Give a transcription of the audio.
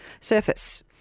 surface